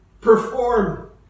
perform